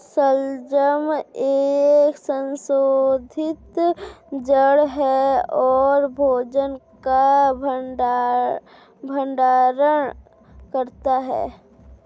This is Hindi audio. शलजम एक संशोधित जड़ है और भोजन का भंडारण करता है